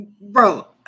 bro